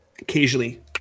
Occasionally